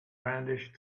brandished